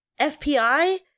FPI